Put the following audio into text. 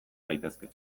gaitezke